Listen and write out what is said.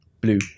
Blue